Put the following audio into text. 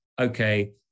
okay